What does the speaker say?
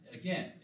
again